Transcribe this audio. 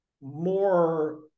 more